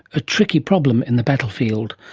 a tricky problem in the battlefield.